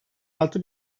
altı